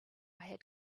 had